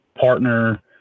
partner